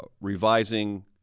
revising